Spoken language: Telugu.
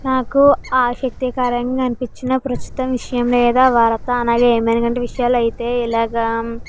నాకు ఆశక్తికరంగా అనిపించిన ప్రస్తుత విషయం లేదా వార్త అనగా ఏమనగా అంటే విషయాలు అయితే ఇలాగ